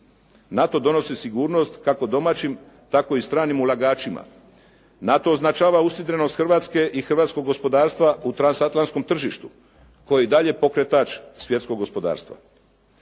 NATO donosi sigurnost kako domaćim, tako i stranim ulagačima, NATO označava usidrenost Hrvatske i hrvatskog gospodarstva u transatlantskom tržištu koji je dalji pokretač svjetskog gospodarstva.